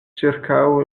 ĉirkaŭ